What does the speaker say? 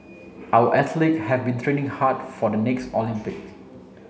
our athlete have been training hard for the next Olympics